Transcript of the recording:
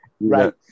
right